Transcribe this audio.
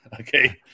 okay